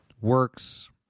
works